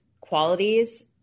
qualities